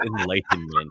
enlightenment